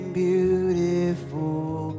beautiful